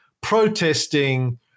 protesting